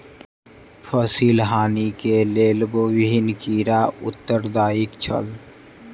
फसिल हानि के लेल विभिन्न कीड़ा उत्तरदायी छल